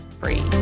free